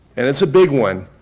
and it's a big one,